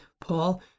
Paul